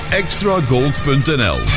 extragold.nl